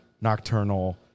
Nocturnal